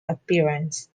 appearance